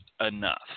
enough